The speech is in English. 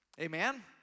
Amen